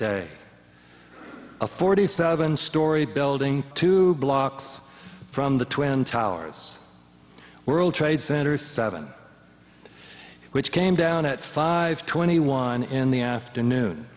day a forty seven story building two blocks from the twin towers world trade center seven which came down at five twenty one in the afternoon